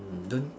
don't